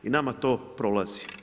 I nama to prolazi.